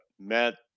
Matt